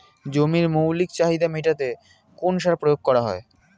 জমির মৌলিক চাহিদা মেটাতে কোন সার প্রয়োগ করা হয়?